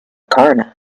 coroner